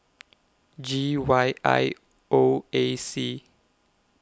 G Y I O A C